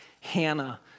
Hannah